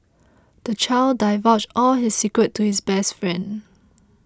the child divulged all his secrets to his best friend